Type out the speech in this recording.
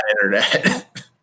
internet